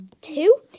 Two